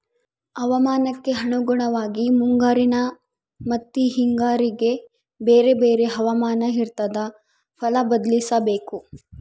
ಹವಾಮಾನಕ್ಕೆ ಅನುಗುಣವಾಗಿ ಮುಂಗಾರಿನ ಮತ್ತಿ ಹಿಂಗಾರಿಗೆ ಬೇರೆ ಬೇರೆ ಹವಾಮಾನ ಇರ್ತಾದ ಫಲ ಬದ್ಲಿಸಬೇಕು